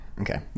Okay